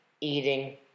Eating